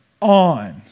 on